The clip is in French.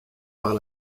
par